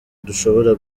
dushobora